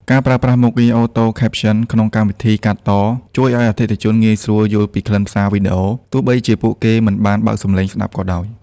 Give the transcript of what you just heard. ការប្រើប្រាស់មុខងារ Auto Caption ក្នុងកម្មវិធីកាត់ត ជួយឱ្យអតិថិជនងាយស្រួលយល់ពីខ្លឹមសារវីដេអូ ទោះបីជាពួកគេមិនបានបើកសំឡេងស្ដាប់ក៏ដោយ។